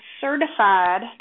certified